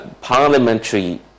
parliamentary